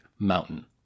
Mountain